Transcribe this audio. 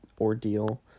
ordeal